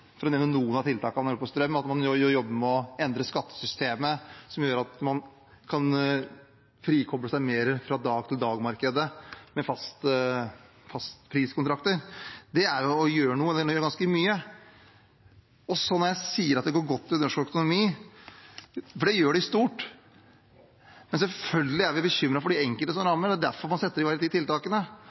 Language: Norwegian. man jobber med å endre skattesystemet, som gjør at man kan frikoble seg mer fra dag til dag-markedet med fastpriskontrakter, er å gjøre noe. Det er ganske mye. Og når jeg sier at det går godt i norsk økonomi, for det gjør det i stort, er vi selvfølgelig bekymret for de enkelte som rammes. Det er derfor man setter i verk de tiltakene,